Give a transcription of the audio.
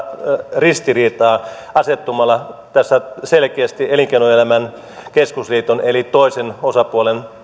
ristiriitaa asettumalla tässä selkeästi elinkeinoelämän keskusliiton eli toisen osapuolen